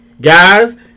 Guys